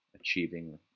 achieving